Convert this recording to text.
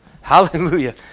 Hallelujah